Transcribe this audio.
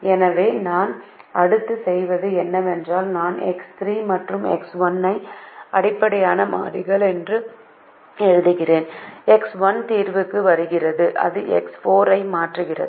எனவே நான் அடுத்து செய்வது என்னவென்றால் நான் எக்ஸ் 3 மற்றும் எக்ஸ் 1 ஐ அடிப்படை மாறிகள் என்று எழுதுகிறேன் எக்ஸ் 1 தீர்வுக்கு வருகிறது அது எக்ஸ் 4 ஐ மாற்றுகிறது